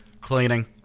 cleaning